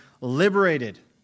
liberated